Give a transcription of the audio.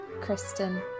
Kristen